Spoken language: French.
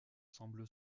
semble